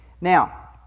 Now